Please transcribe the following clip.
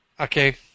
Okay